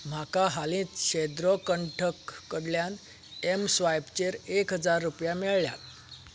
म्हाका हालींच शेद्रो कंठक कडल्यान एम स्वायप चेर एक हजार रुपया मेळ्ळ्यात